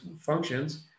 functions